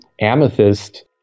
amethyst